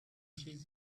cheese